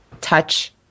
touch